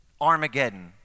Armageddon